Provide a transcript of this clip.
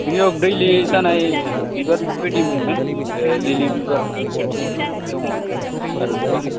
बेयाव दैलि जानाय बिबार बेफोरबायदि मोनगोन लिलि बिबारफोर दङ आरो गोबां